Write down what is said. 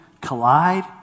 collide